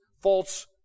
false